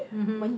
mmhmm